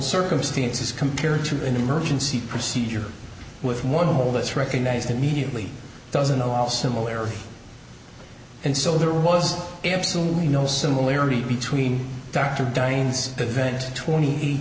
circumstances compared to an emergency procedure with one hole that's recognized immediately doesn't allow similarity and so there was absolutely no similarity between dr dines event twenty